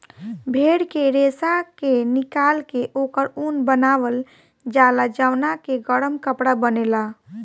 भेड़ के रेशा के निकाल के ओकर ऊन बनावल जाला जवना के गरम कपड़ा बनेला